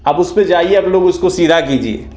अब उस पर जाइए आप लोग उसको सीधा कीजिए